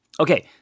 Okay